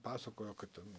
pasakojo kad ten